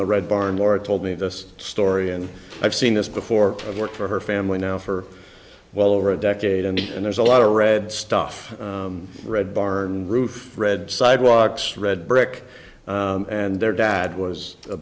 the red barn laura told me this story and i've seen this before i've worked for her family now for well over a decade and there's a lot of red stuff red barn roof red sidewalks red brick and their dad was a